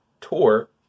tour